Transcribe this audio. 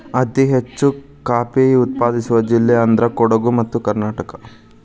ಅತಿ ಹೆಚ್ಚು ಕಾಫಿ ಉತ್ಪಾದಿಸುವ ಜಿಲ್ಲೆ ಅಂದ್ರ ಕೊಡುಗು ಕರ್ನಾಟಕ